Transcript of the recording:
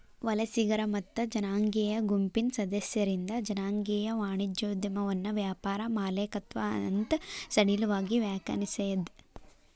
ವಲಸಿಗರ ಮತ್ತ ಜನಾಂಗೇಯ ಗುಂಪಿನ್ ಸದಸ್ಯರಿಂದ್ ಜನಾಂಗೇಯ ವಾಣಿಜ್ಯೋದ್ಯಮವನ್ನ ವ್ಯಾಪಾರ ಮಾಲೇಕತ್ವ ಅಂತ್ ಸಡಿಲವಾಗಿ ವ್ಯಾಖ್ಯಾನಿಸೇದ್